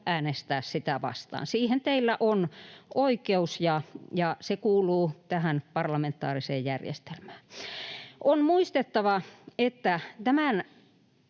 äänestää sitä vastaan. Siihen teillä on oikeus, ja se kuuluu tähän parlamentaariseen järjestelmään. On muistettava, että tämän